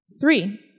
Three